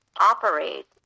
operate